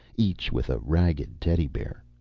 each with a ragged teddy bear.